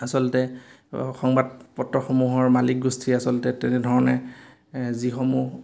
আচলতে সংবাদ পত্ৰসমূহৰ মালিক গোষ্ঠীয়ে আচলতে তেনেধৰণে যিসমূহ